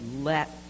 let